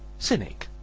cynic,